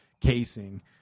casing